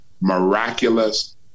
miraculous